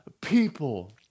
people